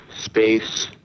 space